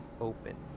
open